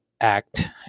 act